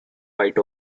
white